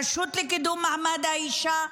הרשות לקידום מעמד האישה,